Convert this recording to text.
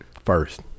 First